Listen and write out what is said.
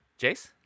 jace